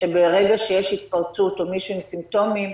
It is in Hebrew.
שברגע שיש התפרצות או מישהי עם סימפטומים,